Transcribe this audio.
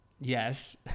yes